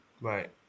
Right